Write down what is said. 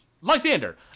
Lysander